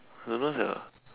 don't know sia